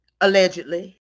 allegedly